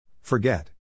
Forget